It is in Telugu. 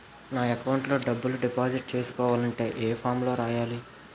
నా అకౌంట్ లో డబ్బులు డిపాజిట్ చేసుకోవాలంటే ఏ ఫామ్ లో రాయాలి?